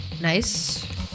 Nice